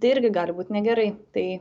tai irgi gali būt negerai tai